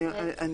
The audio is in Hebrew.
מתאים.